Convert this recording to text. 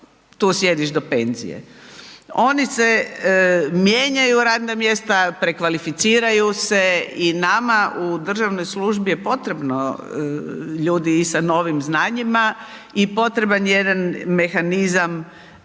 tu sjediš do penzije. Oni se mijenjaju radna mjesta, prekvalificiraju se i nama u državnoj službi je potrebno ljudi i sa novim znanjima i potreban je jedan mehanizam